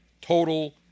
total